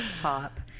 top